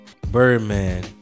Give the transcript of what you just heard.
Birdman